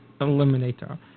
Eliminator